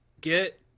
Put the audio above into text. get